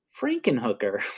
Frankenhooker